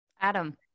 Adam